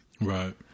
Right